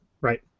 Right